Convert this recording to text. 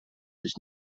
ich